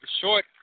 short